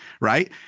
right